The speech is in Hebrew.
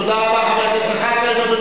תודה רבה, חבר הכנסת זחאלקה.